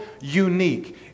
unique